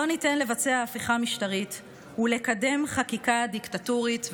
לא ניתן לבצע הפיכה משטרית ולקדם חקיקה דיקטטורית וחד-צדדית.